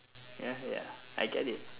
ya ya I get it